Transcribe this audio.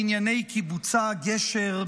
בענייני קיבוצה גשר,